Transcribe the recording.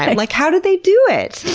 like how do they do it?